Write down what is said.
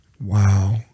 Wow